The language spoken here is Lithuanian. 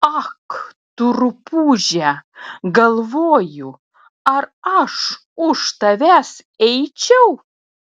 ak tu rupūže galvoju ar aš už tavęs eičiau